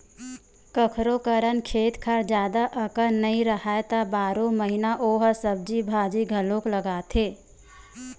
कखोरो करन खेत खार जादा अकन नइ राहय त बारो महिना ओ ह सब्जी भाजी घलोक लगाथे